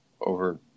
over